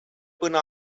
până